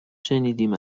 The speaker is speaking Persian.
شنیدیم